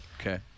Okay